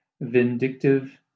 vindictive